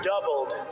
doubled